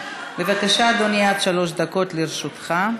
בבקשה, אדוני, עד שלוש דקות לרשותך.